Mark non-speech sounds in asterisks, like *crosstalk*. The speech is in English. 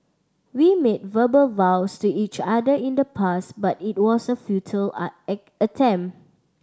we made verbal vows to each other in the past but it was a futile art *unintelligible* attempt